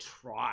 try